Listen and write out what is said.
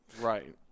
Right